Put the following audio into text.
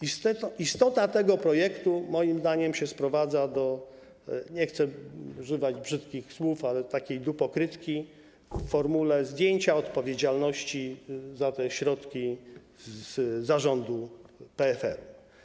Istota tego projektu, moim zdaniem, sprowadza się do, nie chcę używać brzydkich słów, ale takiej dupokrytki w formule zdjęcia odpowiedzialności za te środki z zarządu PFR-u.